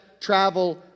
travel